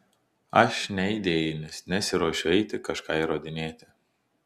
aš neidėjinis nesiruošiu eiti kažką įrodinėti